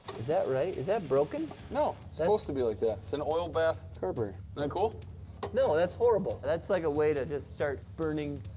is that right? is that broken? no, it's supposed to be like that. it's an oil bath. carburetor. isn't and that cool? no, that's horrible. that's, like, a way to just start burning